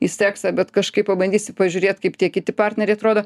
į seksą bet kažkaip pabandysi pažiūrėt kaip tie kiti partneriai atrodo